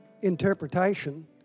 interpretation